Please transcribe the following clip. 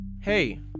Hey